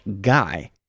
guy